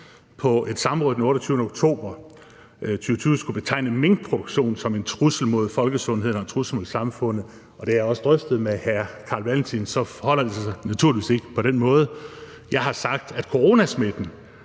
på et samråd den 28. oktober 2020 skulle have betegnet minkproduktion som en trussel mod folkesundheden og som en trussel mod samfundet – og det har jeg også drøftet med hr. Carl Valentin – så forholder det sig naturligvis ikke på den måde. Jeg har sagt, at coronasmitten